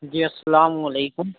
جی السّلام علیکم